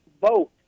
vote